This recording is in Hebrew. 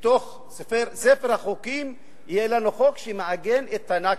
בתוך ספר החוקים יהיה לנו חוק שמעגן את ה"נכבה".